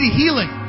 healing